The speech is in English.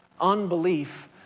Unbelief